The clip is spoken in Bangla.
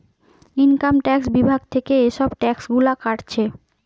ইনকাম ট্যাক্স বিভাগ থিকে এসব ট্যাক্স গুলা কাটছে